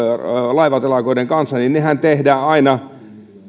laivatelakoiden kanssa tehdään aina